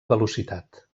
velocitat